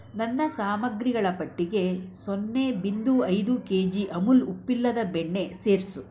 ನನ್ನ ಸಾಮಗ್ರಿಗಳ ಪಟ್ಟಿಗೆ ಸೊನ್ನೆ ಬಿಂದು ಐದು ಕೇಜಿ ಅಮುಲ್ ಉಪ್ಪಿಲ್ಲದ ಬೆಣ್ಣೆ ಸೇರಿಸು